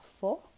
four